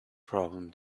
problem